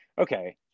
okay